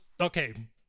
okay